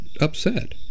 upset